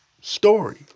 story